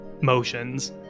motions